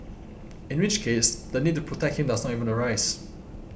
in which case the need to protect him does not even arise